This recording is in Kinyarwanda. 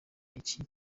iki